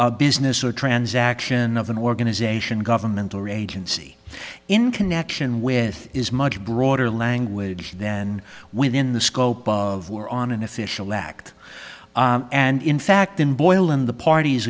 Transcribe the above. with business or transaction of an organization government or agency in connection with is much broader language then within the scope of war on an official act and in fact in boyland the parties